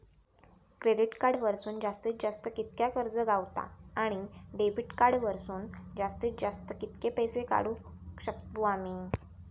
Credit card वरसून जास्तीत जास्त कितक्या कर्ज गावता, आणि डेबिट कार्ड वरसून जास्तीत जास्त कितके पैसे काढुक शकतू आम्ही?